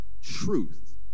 truth